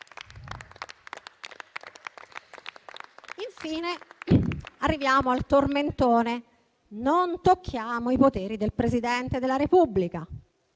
Infine, arriviamo al tormentone: non tocchiamo i poteri del Presidente della Repubblica.